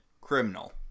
Criminal